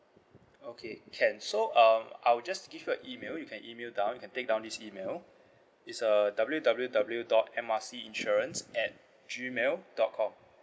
okay can so um I'll just give you a email you can email down you can take down this email is uh W W W dot M R C insurance at G mail dot com